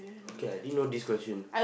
okay I didn't know this question